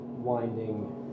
winding